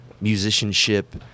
musicianship